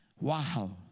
Wow